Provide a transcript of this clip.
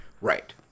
Right